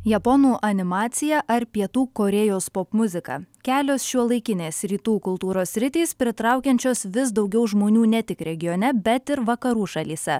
japonų animacija ar pietų korėjos popmuzika kelios šiuolaikinės rytų kultūros sritys pritraukiančios vis daugiau žmonių ne tik regione bet ir vakarų šalyse